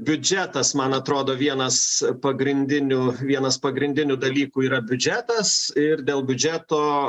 biudžetas man atrodo vienas pagrindinių vienas pagrindinių dalykų yra biudžetas ir dėl biudžeto